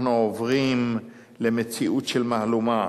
אנחנו עוברים למציאות של מהלומה.